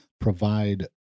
provide